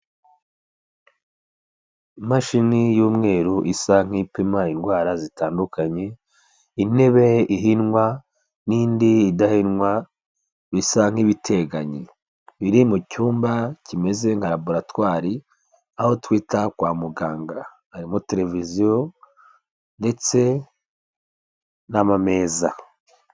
Imashini y'umweru isa nk'ipima indwara zitandukanye, intebe ihinwa n'indi idahinwa bisa nk'ibiteganye, biri mu cyumba kimeze nka laboratoire aho twita kwa muganga, harimo televiziyo ndetse n'amameza.